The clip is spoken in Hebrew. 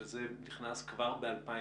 שזה נכנס כבר ב-2019,